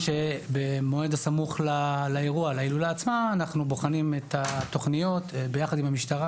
במועד קצת יותר סמוך לאירוע אנחנו בוחנים את התוכניות ביחד עם המשטרה,